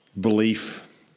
belief